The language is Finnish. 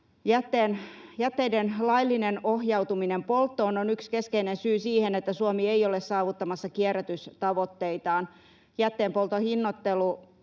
Jätteiden liiallinen ohjautuminen polttoon on yksi keskeinen syy siihen, että Suomi ei ole saavuttamassa kierrätystavoitteitaan. Jätteenpolton